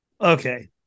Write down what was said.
Okay